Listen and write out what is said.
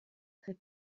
très